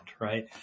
right